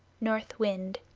north wind